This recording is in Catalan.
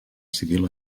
civil